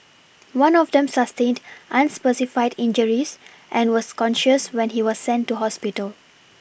one of them sustained unspecified injuries and was conscious when he was sent to hospital